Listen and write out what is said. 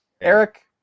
Eric